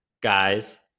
guys